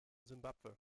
simbabwe